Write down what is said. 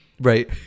Right